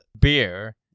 beer